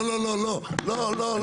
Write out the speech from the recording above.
לא, לא, לא.